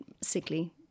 sickly